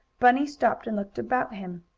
bunny stopped and looked about him.